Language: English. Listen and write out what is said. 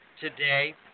today